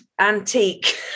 antique